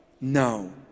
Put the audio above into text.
No